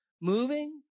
moving